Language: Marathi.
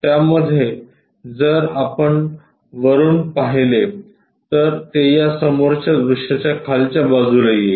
त्यामध्ये जर आपण वरून पाहिले तर ते या समोरच्या दृश्याच्या खालच्या बाजूला जाईल